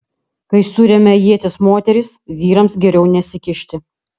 kai suremia ietis moterys vyrams geriau nesikišti